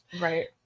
Right